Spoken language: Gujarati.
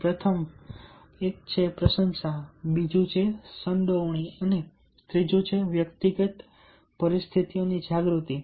પ્રથમ એક પ્રશંસા છે બીજું સંડોવણી છે અને ત્રીજું વ્યક્તિગત પરિસ્થિતિઓની જાગૃતિ છે